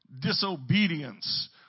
disobedience